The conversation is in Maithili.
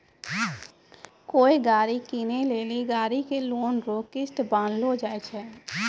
कोय गाड़ी कीनै लेली गाड़ी के लोन रो किस्त बान्हलो जाय छै